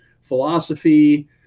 philosophy